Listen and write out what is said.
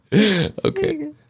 Okay